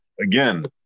again